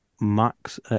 Max